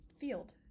field